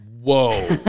Whoa